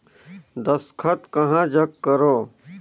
दस्खत कहा जग करो?